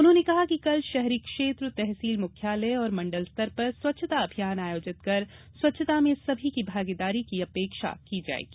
उन्होंने कहा कि कल शहरी क्षेत्र तहसील मुख्यालय एवं मंडल स्तर पर स्वच्छता अभियान आयोजित कर स्वच्छता में सभी की भागीदारी की अपेक्षा की जायेगी